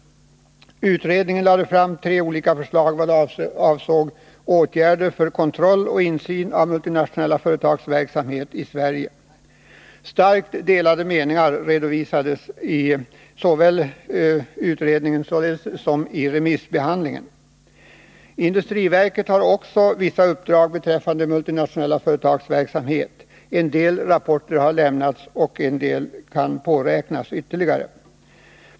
Utredningen ledde fram till tre olika förslag vad avser åtgärder för kontroll och översyn av multinationella företags verksamhet i Sverige. Starkt delade meningar redovisades såväl i utredningen som vid remissbehandlingen. Industriverket har också vissa uppdrag beträffande multinationella företags verksamhet. En del rapporter har lämnats, och ytterligare några kan påräknas.